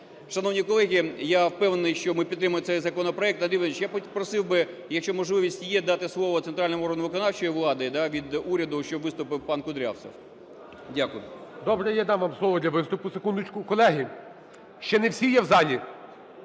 Шановні колеги, я впевнений, що ми підтримаємо цей законопроект. Андрій Володимирович, я просив би, якщо можливість є, дати слово центральним органам виконавчої влади від уряду, щоб виступив пан Кудрявцев. Дякую. ГОЛОВУЮЧИЙ. Добре, я дам вам слово для виступу. Секундочку! Колеги, ще не всі є в залі.